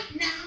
now